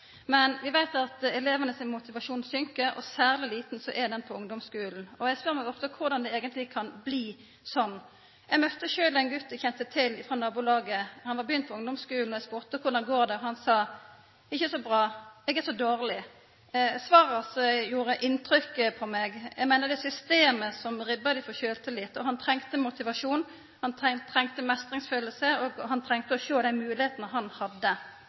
Men vi veit at elevane sin motivasjon dalar, og særleg liten er han på ungdomsskulen. Eg spør meg ofte om korfor det eigentleg kan bli sånn. Eg møtte ein gut eg kjente frå nabolaget. Han hadde begynt på ungdomsskulen, og eg spurde: Korleis går det? Han sa: Ikkje så bra, eg er så dårleg. Svaret hans gjorde inntrykk på meg. Eg meiner det er systemet som ribbar dei for sjølvtillit, og han trong motivasjon, han trong meistringsfølelse, og han trong å sjå dei moglegheitene han hadde.